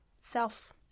self